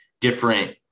different